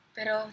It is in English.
Pero